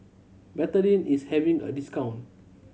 betadine is having a discount